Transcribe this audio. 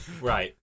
right